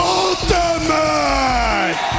ultimate